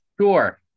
Sure